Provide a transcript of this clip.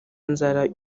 nzara